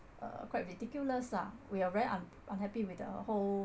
uh quite ridiculous lah we are very un~ unhappy with the whole